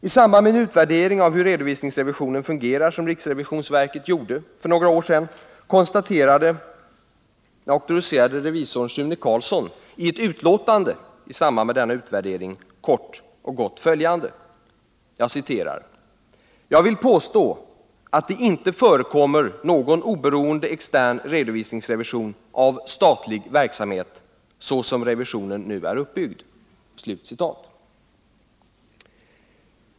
I samband med en utvärdering av hur redovisningsrevisionen fungerar, som riksrevisionsverket gjorde för ett par år sedan, konstaterade auktoriserade revisorn Sune Karlsson i ett utlåtande kort och gott följande: ”Jag vill påstå att det inte förekommer någon oberoende extern redovisningsrevision av statlig verksamhet såsom revisionen nu är uppbyggd”.